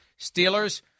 Steelers